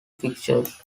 fixtures